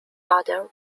father